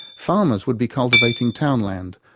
farmers would be cultivating town land,